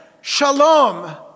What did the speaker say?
Shalom